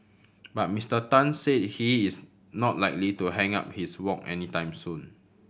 but Mister Tan said he is not likely to hang up his wok anytime soon